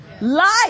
Life